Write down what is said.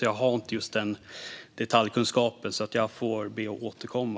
Jag har inte just den detaljkunskapen utan ber att få återkomma.